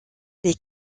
les